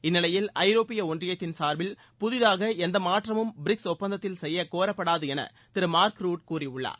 இந்நிலையில் ஐரோப்பிய ஒன்றியத்தின் சார்பில் புதிதாக எந்த மாற்றமும் பிரிக்ஸ் ஒப்பந்தத்தில் செய்யக் கோரப்படாது என திரு மார்க் ரூட் கூறியுள்ளார்